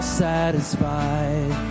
satisfied